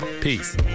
Peace